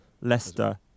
Leicester